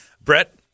Brett